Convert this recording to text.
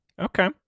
Okay